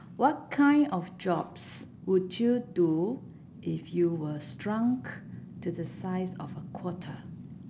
what kind of jobs would you do if you were shrunk to the size of a quarter